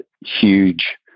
huge